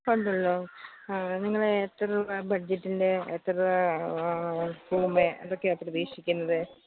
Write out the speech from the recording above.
ഉണ്ടല്ലോ ആ നിങ്ങളെ എത്ര രൂപാ ബഡ്ജറ്റിൻ്റെ എത്ര രൂപ എത്രയാണ് പ്രതീക്ഷിക്കുന്നത്